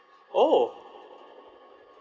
oh